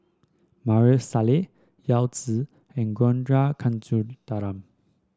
Maarof Salleh Yao Zi and Ragunathar Kanagasuntheram